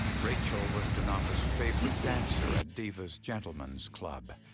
rachel was denofa's favorite dancer at divas gentlemen's club.